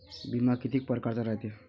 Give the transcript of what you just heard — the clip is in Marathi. बिमा कितीक परकारचा रायते?